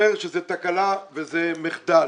שזו תקלה וזה מחדל,